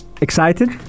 Excited